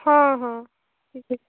ହଁ ହଁ ଠିକ୍ ଅଛି